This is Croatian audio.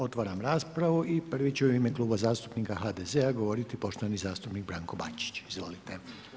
Otvaram raspravu i prvi će u ime Kluba zastupnika HDZ-a govoriti poštovani zastupnik Branko Bačić, izvolite.